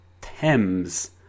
Thames